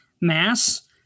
mass